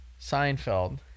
Seinfeld